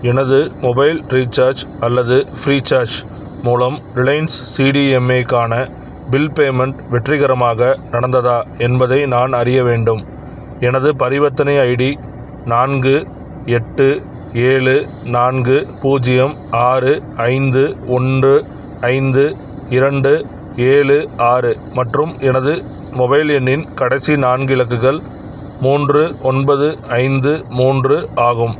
எனது mobile recharge அல்லது Freecharge மூலம் ரிலையன்ஸ் சிடிஎம்ஏக்கான பில் பேமெண்ட் வெற்றிகரமாக நடந்ததா என்பதை நான் அறிய வேண்டும் எனது பரிவர்த்தனை ஐடி நான்கு எட்டு ஏலு நான்கு பூஜ்யம் ஆறு ஐந்து ஒன்று ஐந்து இரண்டு ஏழு ஆறு மற்றும் எனது மொபைல் எண்ணின் கடைசி நான்கு இலக்குகள் மூன்று ஒன்பது ஐந்து மூன்று ஆகும்